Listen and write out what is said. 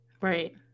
Right